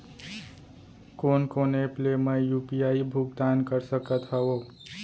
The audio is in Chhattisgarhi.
कोन कोन एप ले मैं यू.पी.आई भुगतान कर सकत हओं?